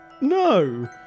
No